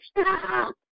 stop